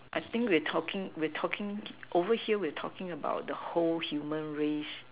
I think we're talking we're talking over here we're talking about the whole human race